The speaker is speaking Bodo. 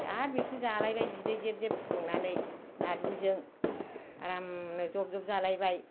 आरो बिखौ जालायबाय बिदै जेब जेब फुदुंनानै नार्जिजों आरामनो जब जब जालायबाय